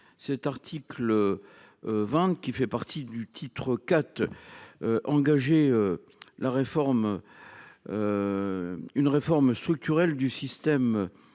l’article 20 fait partie du titre IV, « Engager une réforme structurelle du système